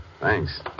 Thanks